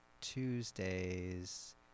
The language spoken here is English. tuesdays